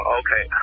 okay